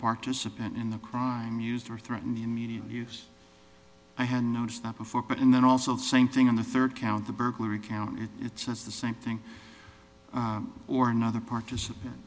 participant in the crime used to threaten the immediate use i hadn't noticed that before but and then also same thing on the third count the burglary count if it's the same thing or another participant